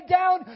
down